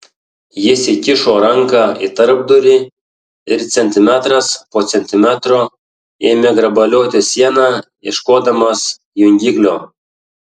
jis įkišo ranką į tarpdurį ir centimetras po centimetro ėmė grabalioti sieną ieškodamas jungiklio